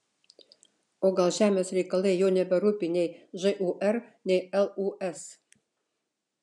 o gal žemės reikalai jau neberūpi nei žūr nei lūs